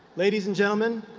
ladies and gentlemen,